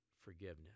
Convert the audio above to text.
forgiveness